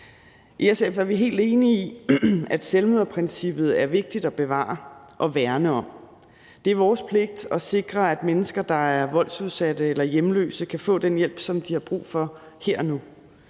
I SF er vi helt enige i, at selvmøderprincippet er vigtigt at bevare og værne om. Det er vores pligt at sikre, at mennesker, der er voldsudsatte eller hjemløse, kan få den hjælp, som de har brug for, her og nu.